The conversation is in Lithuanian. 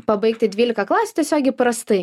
pabaigti dvylika klasių tiesiog įprastai